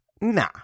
nah